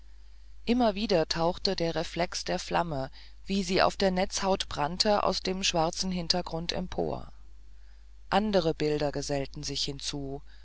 immer wieder tauchte der reflex der flamme die sie auf der netzhaut brannte aus dem schwarzen hintergrund empor andere bilder gesellten sich hinzu